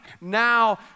now